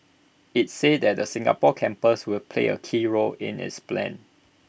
IT said that the Singapore campus will play A key role in its plan